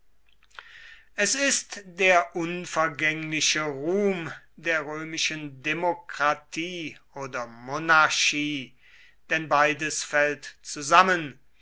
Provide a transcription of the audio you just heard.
es ist der unvergängliche ruhm der römischen demokratie oder monarchie denn beides fällt zusammen